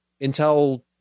intel